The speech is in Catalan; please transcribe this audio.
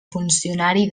funcionari